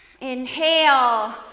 inhale